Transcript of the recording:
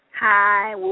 Hi